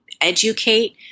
educate